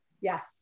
yes